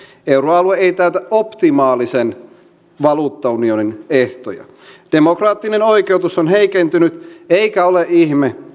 euroalue ei täytä optimaalisen valuuttaunionin ehtoja demokraattinen oikeutus on heikentynyt eikä ole ihme